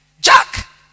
Jack